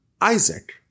Isaac